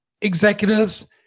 executives